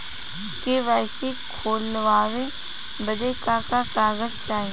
KYC खोलवावे बदे का का कागज चाही?